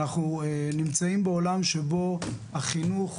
אנחנו נמצאים בעולם שבו החינוך